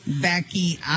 Becky